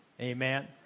Amen